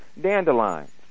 Dandelions